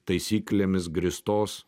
taisyklėmis grįstos